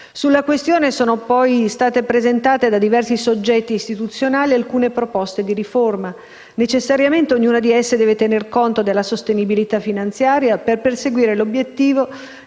Sulla questione sono state poi presentate da diversi soggetti istituzionali alcune proposte di riforma. Necessariamente ognuna di esse deve tenere conto della sostenibilità finanziaria, per perseguire l'obiettivo